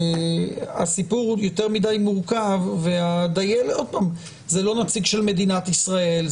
הסיפור הוא יותר מדי מורכב והדיילת היא לא נציגה של מדינת ישראל,